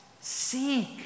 seek